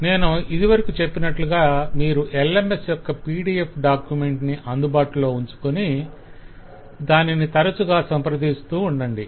నేను ఇదివరకు చెప్పినట్లుగా మీరు LMS యొక్క PDF డాక్యుమెంట్ ని అందుబాటులో ఉంచుకోని దానిని తరచుగా సంప్రదిస్తూ ఉండండి